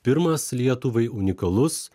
pirmas lietuvai unikalus